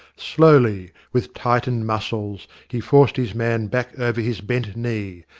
slowly, with tightened muscles, he forced his man back over his bent knee,